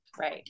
Right